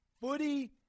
Footy